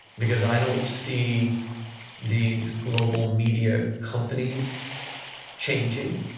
because i don't see these global media companies changing.